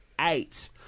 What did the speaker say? eight